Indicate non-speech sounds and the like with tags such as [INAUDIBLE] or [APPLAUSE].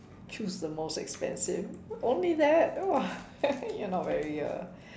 choose the most expensive only that !wah! [LAUGHS] you're not very a